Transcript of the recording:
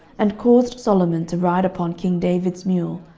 and caused solomon to ride upon king david's mule,